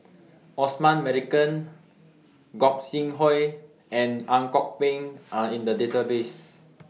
Osman Merican Gog Sing Hooi and Ang Kok Peng Are in The Database